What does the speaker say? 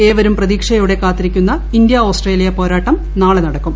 ഏവരും പ്രതീക്ഷയോടെ കാത്തിരിക്കുന്ന ഇന്ത്യ ഓസ്ട്രേലിയ പോരാട്ടം നാളെ നടക്കും